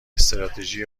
استراتژی